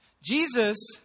Jesus